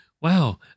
Wow